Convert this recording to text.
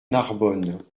narbonne